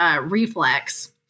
reflex